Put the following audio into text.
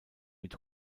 mit